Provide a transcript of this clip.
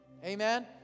Amen